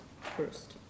first